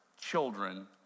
children